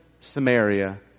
Samaria